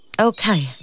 Okay